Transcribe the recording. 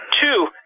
Two